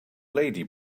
lady